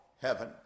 heaven